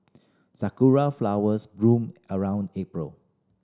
sakura flowers bloom around April